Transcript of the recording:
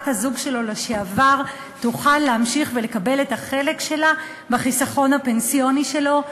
בת-הזוג שלו לשעבר תוכל להמשיך ולקבל את החלק שלה בחיסכון הפנסיוני שלו.